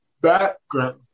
background